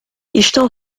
estão